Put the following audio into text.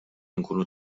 inkunu